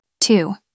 two